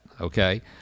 okay